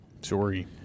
Sorry